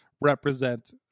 represent